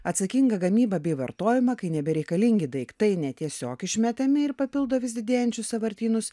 atsakingą gamybą bei vartojimą kai nebereikalingi daiktai ne tiesiog išmetami ir papildo vis didėjančius sąvartynus